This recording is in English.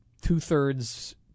two-thirds